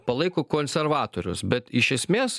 palaiko konservatorius bet iš esmės